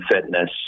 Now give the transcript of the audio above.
Fitness